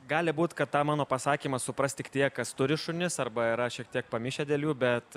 gali būt kad tą mano pasakymą supras tik tie kas turi šunis arba yra šiek tiek pamišę dėl jų bet